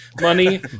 money